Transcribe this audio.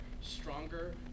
stronger